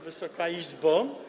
Wysoka Izbo!